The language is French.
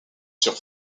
sur